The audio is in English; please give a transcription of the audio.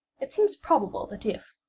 it seems probable that if,